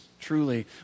truly